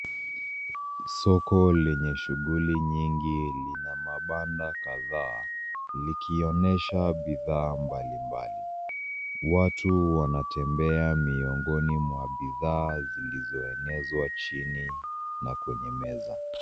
Soko lenye shughuli nyingi lina mabanda kadhaa, likionyesha bidhaa mbalimbali. Watu wanatembea miongoni mwa bidhaa zilizoenezwa chini, na kwenye meza.